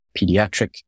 pediatric